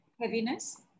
heaviness